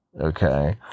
okay